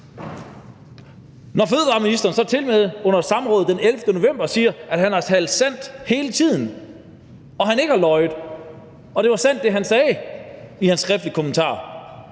og ligestilling så tilmed under samrådet den 11. november siger, at han har talt sandt hele tiden, at han ikke har løjet, og at det, han sagde i sin skriftlige kommentar,